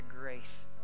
grace